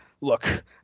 look